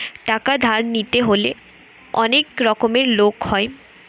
টাকা ধার নিতে হলে অনেক রকমের লোক হয়